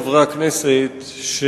בבקשה, חבר הכנסת דב חנין.